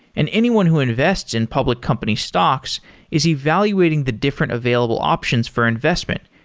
and anyone who invests in public company stocks is evaluating the different available options for investment.